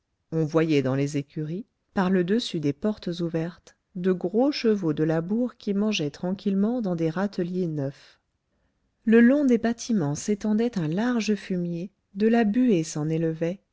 on voyait dans les écuries par le dessus des portes ouvertes de gros chevaux de labour qui mangeaient tranquillement dans des râteliers neufs le long des bâtiments s'étendait un large fumier de la buée s'en élevait